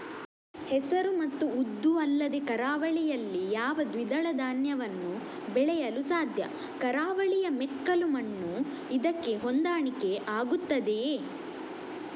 ಹೆಸರು ಮತ್ತು ಉದ್ದು ಅಲ್ಲದೆ ಕರಾವಳಿಯಲ್ಲಿ ಯಾವ ದ್ವಿದಳ ಧಾನ್ಯವನ್ನು ಬೆಳೆಯಲು ಸಾಧ್ಯ? ಕರಾವಳಿಯ ಮೆಕ್ಕಲು ಮಣ್ಣು ಇದಕ್ಕೆ ಹೊಂದಾಣಿಕೆ ಆಗುತ್ತದೆಯೇ?